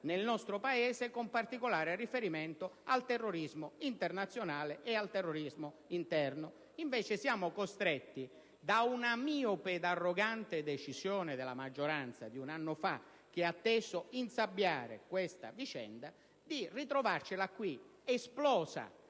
nel nostro Paese con particolare riferimento al terrorismo internazionale e al terrorismo interno. Invece siamo costretti da una miope ed arrogante decisione della maggioranza di un anno fa, che ha inteso insabbiare questa vicenda, a ritrovarcela qui esplosa,